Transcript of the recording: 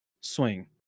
swing